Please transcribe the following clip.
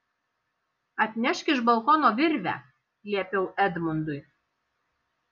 atnešk iš balkono virvę liepiau edmundui